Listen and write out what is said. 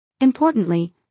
Importantly